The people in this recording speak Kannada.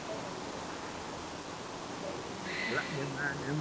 ನೀವು ಹೇಳಿರಿ ಅದು ಮನೆಗೆ ಬಂದು ನೋಡ್ಕೊಂಡು ಬಂದು ಆಮೇಲೆ ಇದು ಮಾಡೋಕೆ ಬರುತ್ತೆ